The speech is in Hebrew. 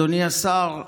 אדוני השר,